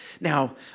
Now